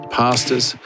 pastors